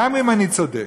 גם אם אני צודק.